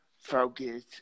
focus